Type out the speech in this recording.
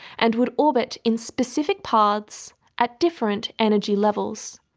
and would orbit in specific paths at different energy levels.